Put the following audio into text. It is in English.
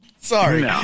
Sorry